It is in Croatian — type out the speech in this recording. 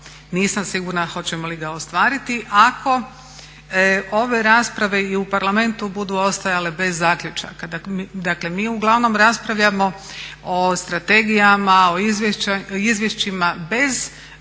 Nisam sigurna hoćemo li ga ostvariti ako ove rasprave i u parlamentu budu ostajale bez zaključaka. Dakle mi uglavnom raspravljamo o strategijama, o izvješćima bez jasne